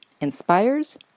inspires